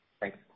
Thanks